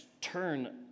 turn